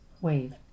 wave